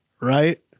Right